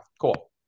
Cool